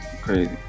crazy